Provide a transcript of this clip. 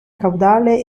caudale